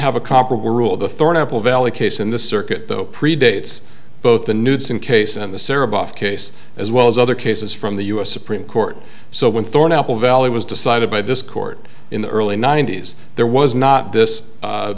have a comparable rule the thorn apple valley case in the circuit though predates both the news and case in the sarah buff case as well as other cases from the us supreme court so when thorn apple valley was decided by this court in the early ninety's there was not this